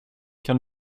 kan